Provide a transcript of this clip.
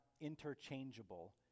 interchangeable